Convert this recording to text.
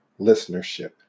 listenership